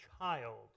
child